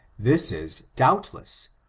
this is, doubtless,